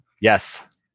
yes